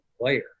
player